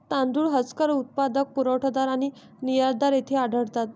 तांदूळ हस्कर उत्पादक, पुरवठादार आणि निर्यातदार येथे आढळतात